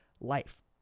life